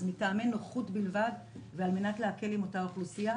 אז מטעמי נוחות בלבד ועל מנת להקל עם אותה אוכלוסייה